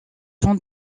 jean